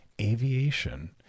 aviation